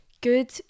good